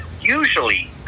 usually